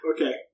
Okay